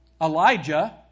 Elijah